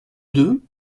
deux